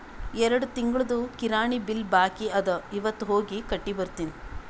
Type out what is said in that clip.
ಎರಡು ತಿಂಗುಳ್ದು ಕಿರಾಣಿ ಬಿಲ್ ಬಾಕಿ ಅದ ಇವತ್ ಹೋಗಿ ಕಟ್ಟಿ ಬರ್ತಿನಿ